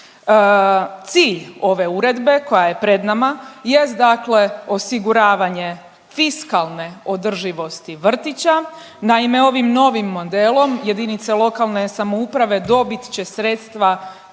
Cilj ove Uredbe koja je pred nama jest dakle osiguravanje fiskalne održivosti vrtića. Naime, ovim novim modelom jedinice lokalne samouprave dobit će sredstva